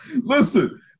Listen